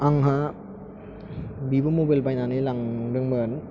आंहा भिभ' मबाइल बायनानै लांदोंमोन